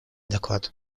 доклад